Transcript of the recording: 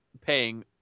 paying